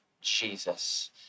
Jesus